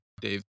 Dave